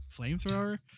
Flamethrower